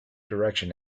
direction